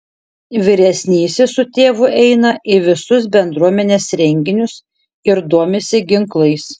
vyresnysis su tėvu eina į visus bendruomenės renginius ir domisi ginklais